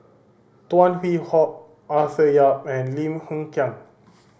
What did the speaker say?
Tan Hwee Hock Arthur Yap and Lim Hng Kiang